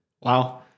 Wow